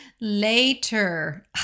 later